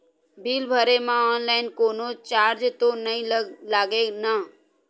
Bill भरे मा online कोनो चार्ज तो नई लागे ना?